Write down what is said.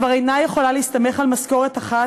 כבר אינה יכולה להסתמך על משכורת אחת,